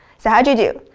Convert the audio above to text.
so how'd you do?